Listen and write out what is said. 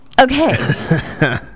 okay